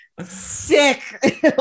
sick